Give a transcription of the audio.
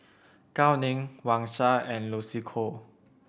Gao Ning Wang Sha and Lucy Koh